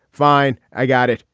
fine i got it.